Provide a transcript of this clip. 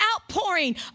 outpouring